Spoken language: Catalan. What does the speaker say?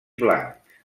blanc